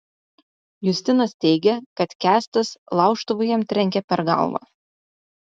justinas teigia kad kęstas laužtuvu jam trenkė per galvą